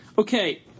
Okay